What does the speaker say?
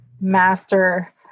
master